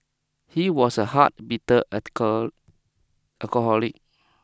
he was a hard bitter article alcoholic